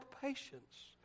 patience